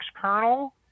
kernel